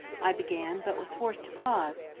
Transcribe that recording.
i began, but was forced to pause,